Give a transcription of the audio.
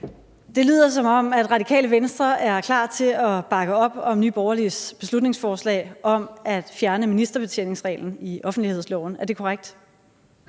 Det lyder, som om Radikale Venstre er klar til at bakke op om Nye Borgerliges beslutningsforslag om at fjerne ministerbetjeningsreglen i offentlighedsloven. Er det korrekt?